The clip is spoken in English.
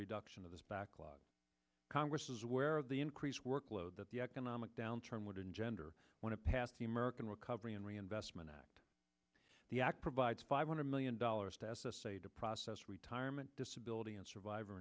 reduction of this backlog congress is aware of the increased workload that the economic downturn would engender when it passed the american recovery and reinvestment act the act provides five hundred million dollars to s s a to process retirement disability and survivor